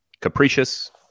capricious